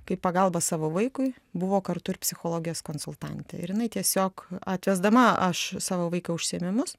kaip pagalbą savo vaikui buvo kartu ir psichologijos konsultantė ir jinai tiesiog atvesdama aš savo vaiką į užsiėmimus